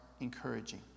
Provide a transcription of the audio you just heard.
encouraging